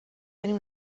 tenir